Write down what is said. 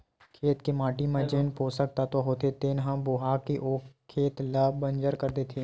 खेत के माटी म जेन पोसक तत्व होथे तेन ह बोहा के ओ खेत ल बंजर कर देथे